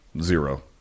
zero